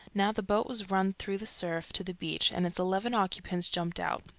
now the boat was run through the surf to the beach, and its eleven occupants jumped out.